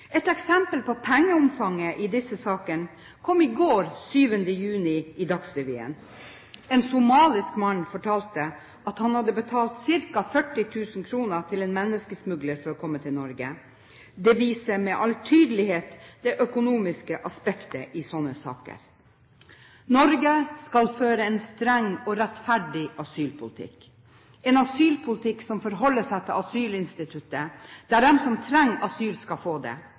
Et eksempel på pengeomfanget i disse sakene kom i går, den 7. juni, i Dagsrevyen. En somalisk mann fortalte at han hadde betalt ca. 40 000 kr til en menneskesmugler for å komme til Norge. Dette viser med all tydelighet det økonomiske aspektet i slike saker. Norge skal føre en streng og rettferdig asylpolitikk, en asylpolitikk som forholder seg til asylinstituttet, der de som trenger asyl, skal få det,